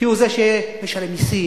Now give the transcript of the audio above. כי הוא זה שמשלם מסים,